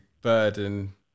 burden